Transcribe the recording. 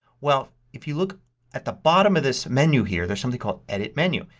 well, if you look at the bottom of this menu here there's something called edit menu.